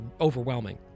overwhelming